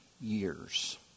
years